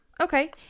Okay